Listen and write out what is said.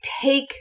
take